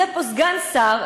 יהיה פה סגן שר,